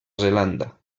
zelanda